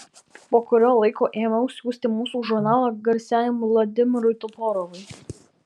po kurio laiko ėmiau siųsti mūsų žurnalą garsiajam vladimirui toporovui